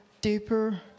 deeper